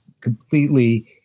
completely